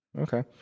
Okay